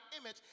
image